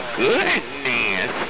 goodness